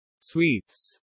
Sweets